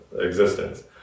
existence